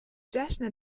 جشن